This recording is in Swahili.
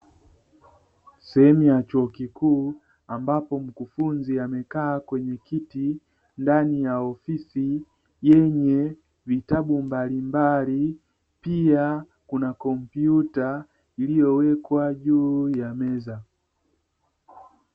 Sehemu ya chuo kikuu ambapo mkufunzi amekaa kwenye kiti ndani ya ofisi yenye vitabu mbalimbali pia kuna kompyuta iliyowekwa juu ya meza.